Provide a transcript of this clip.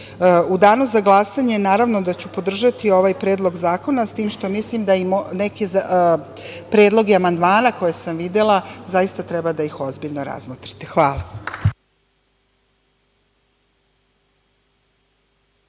danu za glasanje naravno da ću podržati ovaj predlog zakona, s tim što mislim da i neke predloge amandmana koje sam videla zaista treba da ih ozbiljno razmotrite. Hvala.